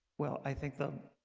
well, i think